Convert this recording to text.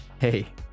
hey